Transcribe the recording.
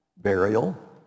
burial